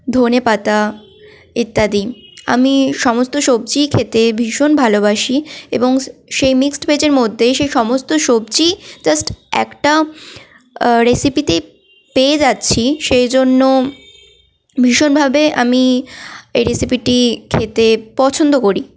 ধনেপাতা ইত্যাদি আমি সমস্ত সবজিই খেতে ভীষণ ভালোবাসি এবং সেই মিক্সড ভেজের মদ্যেই সেই সমস্ত সবজিই জাস্ট একটা রেসিপিতেই পেয়ে যাচ্ছি সেই জন্য ভীষণভাবে আমি এই রেসিপিটি খেতে পছন্দ করি